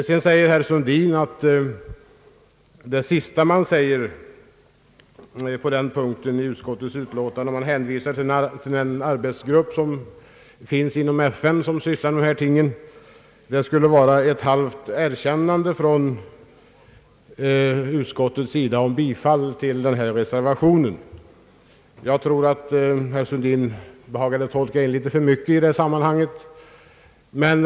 Herr Sundin säger att det sista som står på denna punkt i utskottsbetänkandet, där man hänvisar till den arbetsgrupp inom FN som sysslar med dessa ting, skulle vara ett halvt erkännande från utskottet att denna reservation bör bifallas. Jag tror att herr Sundin behagar tolka in litet för mycket i det sammanhanget.